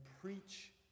preach